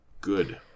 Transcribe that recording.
Good